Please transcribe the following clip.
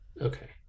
Okay